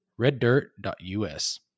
reddirt.us